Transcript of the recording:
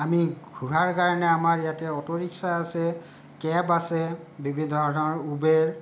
আমি ঘূৰাৰ কাৰণে আমাৰ ইয়াতে অটো ৰিক্সা আছে কেব আছে বিভিন্ন ধৰণৰ উবেৰ